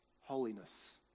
holiness